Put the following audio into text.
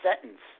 sentence